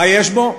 מה יש בו?